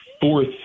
fourth